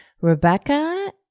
Rebecca